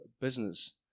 business